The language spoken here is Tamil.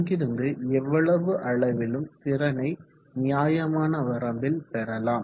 அங்கிருந்து எவ்வளவு அளவிலும் திறனை நியாயமான வரம்பில் பெறலாம்